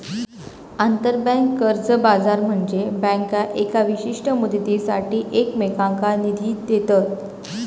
आंतरबँक कर्ज बाजार म्हनजे बँका येका विशिष्ट मुदतीसाठी एकमेकांनका निधी देतत